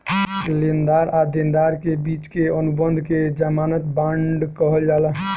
लेनदार आ देनदार के बिच के अनुबंध के ज़मानत बांड कहल जाला